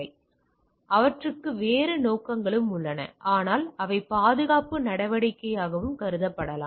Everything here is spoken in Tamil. எனவே அவற்றுக்கு வேறு நோக்கங்களும் உள்ளன ஆனால் அவை பாதுகாப்பு நடவடிக்கையாகவும் கருதப்படலாம்